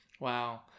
Wow